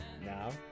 now